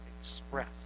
express